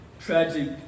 tragic